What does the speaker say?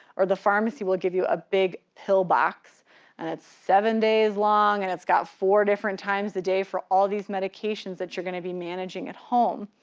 or the pharmacy will give you a big pill box and it's seven days long and it's got four different times a day for all these medications that you're gonna be managing at home.